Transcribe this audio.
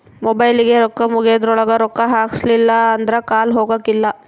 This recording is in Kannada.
ಮೊಬೈಲಿಗೆ ರೊಕ್ಕ ಮುಗೆದ್ರೊಳಗ ರೊಕ್ಕ ಹಾಕ್ಸಿಲ್ಲಿಲ್ಲ ಅಂದ್ರ ಕಾಲ್ ಹೊಗಕಿಲ್ಲ